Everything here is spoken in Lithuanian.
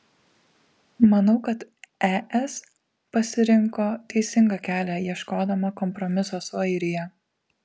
manau kad es pasirinko teisingą kelią ieškodama kompromiso su airija